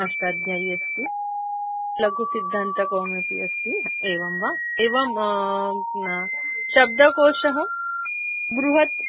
अष्टाध्यायी अस्ति लघुसिद्धान्तकौमुदी अस्ति एवं वा एवं न शब्दकोशः बृहत्